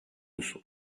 uso